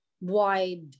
wide